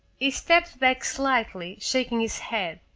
he stepped back slightly, shaking his head.